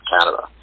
Canada